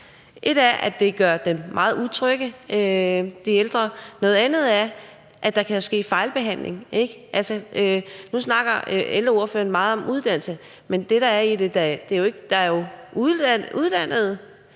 Ét er, at det gør de ældre meget utrygge; noget andet er, at der jo kan ske fejlbehandling, ikke? Altså, nu snakker ældreordføreren meget om uddannelse, men det, der er i det, er, at der jo er uddannede,